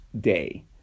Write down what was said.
day